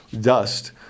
dust